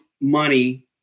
money